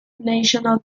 national